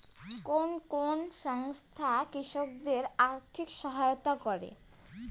কোন কোন সংস্থা কৃষকদের আর্থিক সহায়তা করে?